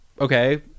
okay